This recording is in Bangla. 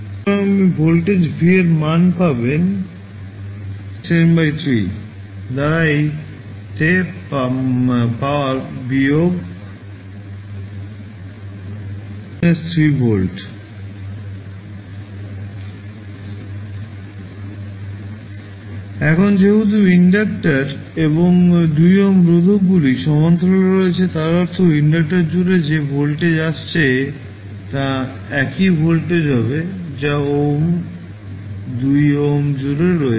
সুতরাং আপনি ভোল্টেজ ভি এর মান পাবেন 10 3 দ্বারা ই তে পাওয়ার বিয়োগ 2t 3ভোল্ট এখন যেহেতু ইন্ডাক্টর এবং 2 ওহম রোধকগুলি সমান্তরালে রয়েছে তার অর্থ ইন্ডাক্টর জুড়ে যে ভোল্টেজ আসছে তা একই ভোল্টেজ হবে যা 2 ওহম জুড়ে আসছে